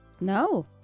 no